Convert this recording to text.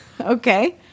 okay